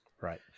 Right